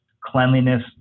cleanliness